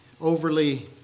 overly